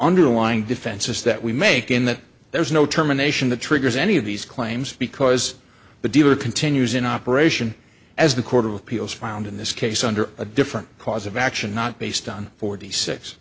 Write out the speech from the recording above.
underlying defenses that we make in that there is no terminations the triggers any of these claims because the dealer continues in operation as the court of appeals found in this case under a different cause of action not based on forty six